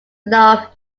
love